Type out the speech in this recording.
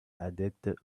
addicted